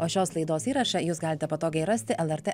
o šios laidos įrašą jūs galite patogiai rasti lrt